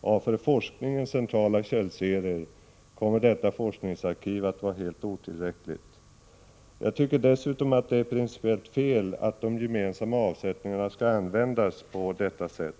av för forskning centrala källserier, kommer detta forskningsarkiv att vara helt otillräckligt. Jag tycker dessutom att det är principiellt fel att de gemensamma avsättningarna skall användas på detta sätt.